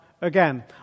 again